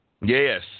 Yes